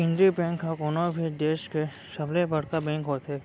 केंद्रीय बेंक ह कोनो भी देस के सबले बड़का बेंक होथे